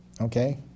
Okay